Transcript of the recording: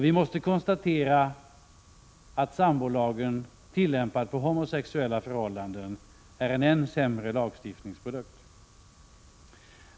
Vi måste konstatera att sambolagen, tillämpad på homosexuella förhållanden, är en än sämre lagstiftningsprodukt.